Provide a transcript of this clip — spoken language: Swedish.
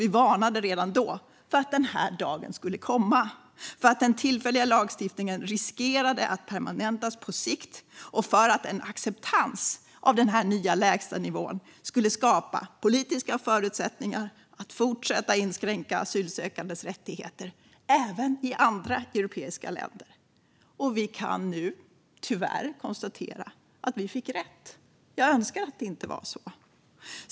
Vi varnade redan då för att den här dagen skulle komma. Vi varnade för att den tillfälliga lagstiftningen på sikt riskerade att permanentas och för att en acceptans för denna nya lägstanivå skulle skapa politiska förutsättningar att fortsätta att inskränka asylsökandes rättigheter även i andra europeiska länder. Vi kan nu tyvärr konstatera att vi fick rätt. Jag önskar att det inte var så.